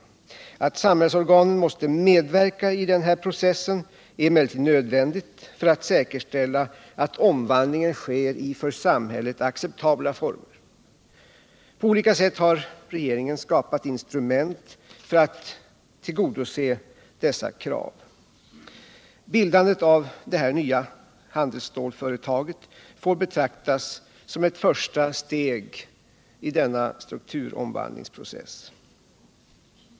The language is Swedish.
Att samhällsorganen måste medverka i denna process är emellertid nödvändigt för att säkerställa att omvandlingen sker i för samhället acceptabla former. På olika sätt har regeringen skapat instrument för att tillgodose dessa krav. Bildandet av detta nya handelsstålsföretag får betraktas som ett första steg i denna strukturomvandlingsprocess.